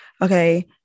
Okay